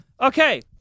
Okay